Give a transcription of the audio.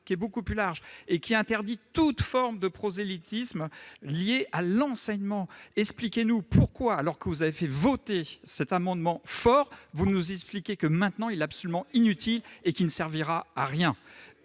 beaucoup plus large, qui interdit toute forme de prosélytisme lié à l'enseignement. Expliquez-nous pourquoi, alors que vous avez fait voter cet amendement fort, vous nous dites maintenant qu'il est absolument inutile ? Vous vous répétez